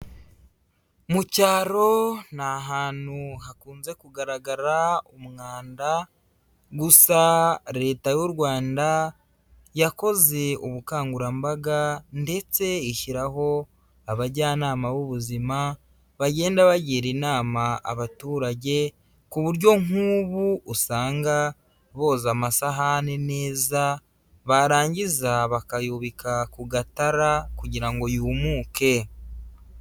Mu cyaro ni ahantu hakunze kugaragara umwanda, gusa Leta y'u rwanda yakoze ubukangurambaga ndetse ishyiraho abajyanama b'ubuzima bagenda bagira inama abaturage, ku buryo nk'ubu usanga boza amasahani neza, barangiza bakayubika ku gatara kugira ngo yumuke.